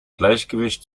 gleichgewicht